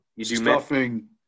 stuffing